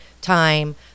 time